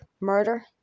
Murder